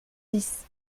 dix